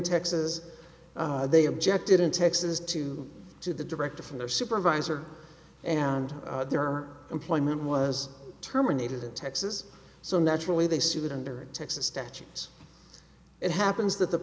texas they objected in texas to do the directive from their supervisor and there are employment was terminated in texas so naturally they sued under texas statutes it happens that the